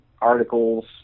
articles